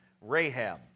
Rahab